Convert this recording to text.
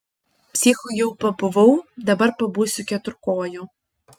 psichu jau pabuvau dabar pabūsiu keturkoju